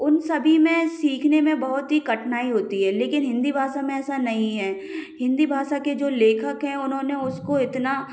उन सभी में सीखने में बहुत ही कठिनाई होती है लेकिन हिंदी भाषा में ऐसा नहीं है हिंदी भाषा के जो लेखक हैं उन्होंने उसको इतना